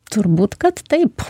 turbūt kad taip